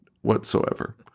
whatsoever